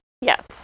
Yes